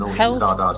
health